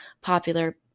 popular